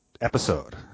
episode